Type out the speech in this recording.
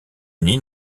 uni